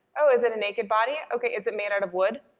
oh is it a naked body? okay, is it made out of wood?